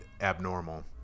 abnormal